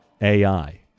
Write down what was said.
AI